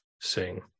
sing